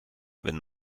wenn